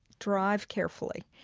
drive carefully.